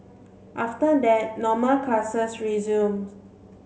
after that normal classes resumed